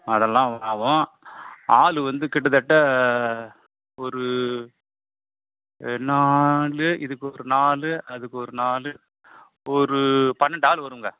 அதெல்லாம் ஆகும் ஆள் வந்து கிட்டத்தட்ட ஒரு நாலு இதுக்கு ஒரு நாலு அதுக்கு ஒரு நாலு ஒரு பன்னெண்டு ஆள் வரும்ங்க